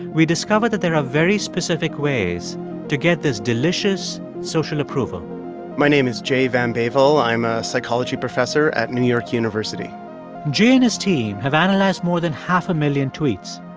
we discover that there are very specific ways to get this delicious social approval my name is jay van bavel. i'm a psychology professor at new york university jay and his team have analyzed more than half a million tweets.